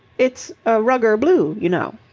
it's a rugger blue, you know.